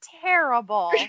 terrible